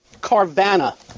Carvana